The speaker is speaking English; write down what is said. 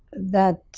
that